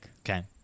Okay